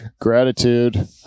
Gratitude